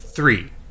Three